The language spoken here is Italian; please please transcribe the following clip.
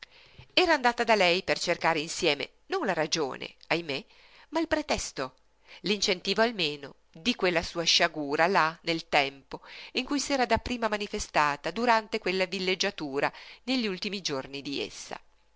era andata da lei per cercare insieme non la ragione ahimè ma il pretesto l'incentivo almeno di quella sua sciagura là nel tempo in cui s'era dapprima manifestata durante quella villeggiatura negli ultimi giorni di essa